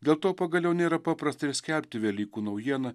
dėl to pagaliau nėra paprasta ir skelbti velykų naujieną